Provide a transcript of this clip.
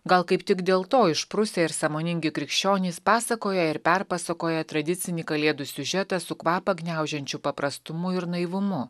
gal kaip tik dėl to išprusę ir sąmoningi krikščionys pasakoja ir perpasakoja tradicinį kalėdų siužetą su kvapą gniaužiančiu paprastumu ir naivumu